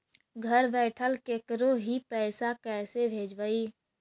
घर बैठल केकरो ही पैसा कैसे भेजबइ?